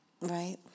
right